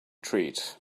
treat